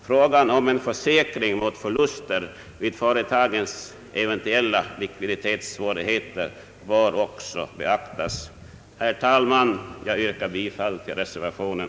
Frågan om en försäkring mot förluster vid företagens eventuella likviditetssvårigheter bör också beaktas. Herr talman! Jag yrkar bifall till reservationen.